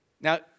Now